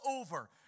over